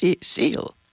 Seal